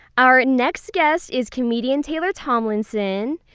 our next guest is comedian taylor tomlinson.